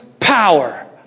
Power